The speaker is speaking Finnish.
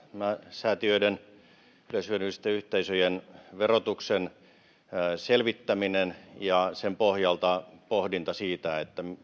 säätiöiden ja yleishyödyllisten yhteisöjen verotuksen selvittäminen ja sen pohjalta pohdinta siitä